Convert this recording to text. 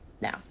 Now